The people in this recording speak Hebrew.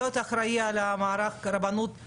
כשהחליטו שאני צריך לעבור בחינות, עברתי בחינות.